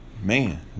Man